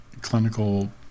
clinical